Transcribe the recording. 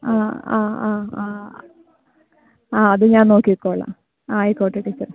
ആ ആ ആ ആ ആ അത് ഞാൻ നോക്കിക്കൊള്ളാം ആയിക്കോട്ടെ ടീച്ചറെ